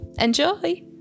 Enjoy